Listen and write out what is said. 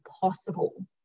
possible